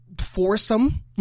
foursome